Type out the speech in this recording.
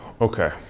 okay